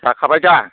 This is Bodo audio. जाखाबायदा